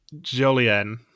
Jolien